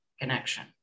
connection